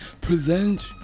present